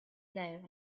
player